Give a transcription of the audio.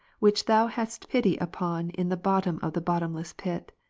which thou hadst pity upon in the bottom of the bottomless pit.